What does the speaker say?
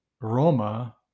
Roma